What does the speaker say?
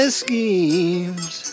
schemes